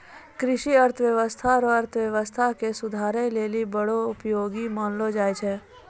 कृषि अर्थशास्त्र रो अर्थव्यवस्था के सुधारै लेली बड़ो उपयोगी मानलो जाय छै